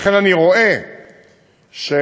לכן אני רואה פעילות